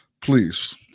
please